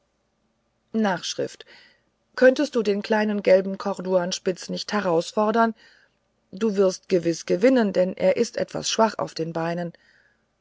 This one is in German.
s könntest du den kleinen gelben corduanspitz nicht herausfordern du wirst gewiß gewinnen denn er ist etwas schwach auf den beinen